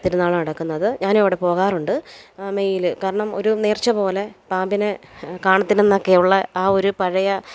തിരുനാൾ നടക്കുന്നത് ഞാൻ അവിടെ പോകാറുണ്ട് മെയ്ല് കാരണം ഒരു നേർച്ച പോലെ പാമ്പിനെ കാണത്തില്ലന്നൊക്കെ ഉള്ള ആ ഒരു പഴയ